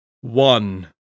One